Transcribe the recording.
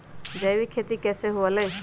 जैविक खेती कैसे हुआ लाई?